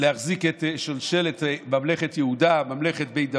להחזיק את שושלת ממלכת יהודה, ממלכת בית דוד.